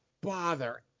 bother